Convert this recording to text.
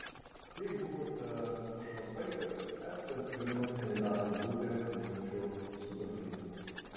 jei buvote mušamas vaikas esate pirmas kandidatas būti mušančiu sutuoktiniu